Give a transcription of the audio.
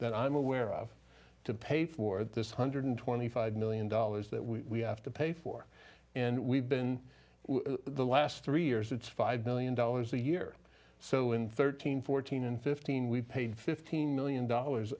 that i'm aware of to pay for this one hundred twenty five million dollars that we have to pay for and we've been the last three years it's five billion dollars a year so in thirteen fourteen and fifteen we paid fifteen million dollars